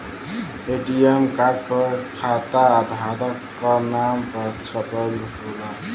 ATM card पर खाताधारक क नाम छपल होला